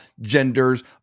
genders